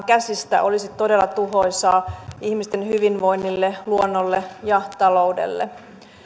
käsistä olisi todella tuhoisaa ihmisten hyvinvoinnille luonnolle ja taloudelle